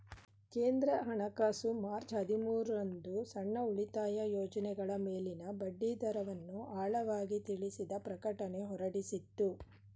ಕೇಂದ್ರ ಹಣಕಾಸು ಮಾರ್ಚ್ ಹದಿಮೂರು ರಂದು ಸಣ್ಣ ಉಳಿತಾಯ ಯೋಜ್ನಗಳ ಮೇಲಿನ ಬಡ್ಡಿದರವನ್ನು ಆಳವಾಗಿ ತಿಳಿಸಿದ ಪ್ರಕಟಣೆ ಹೊರಡಿಸಿತ್ತು